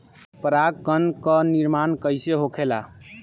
पराग कण क निर्माण कइसे होखेला?